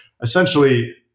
Essentially